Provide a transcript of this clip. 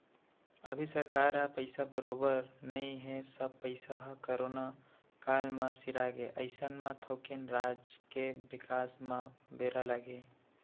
अभी सरकार ह पइसा बरोबर नइ हे सब पइसा ह करोना काल म सिरागे अइसन म थोकिन राज के बिकास म बेरा लगही